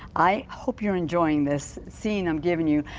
i hope you're enjoying this scene. i'm giving you.